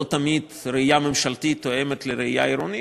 לא תמיד הראייה הממשלתית תואמת את הראייה העירונית,